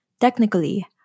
Technically